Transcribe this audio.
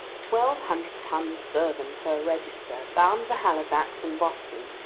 twelve hundred tons burthen per register, bound for halifax and boston,